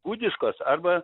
gudiškos arba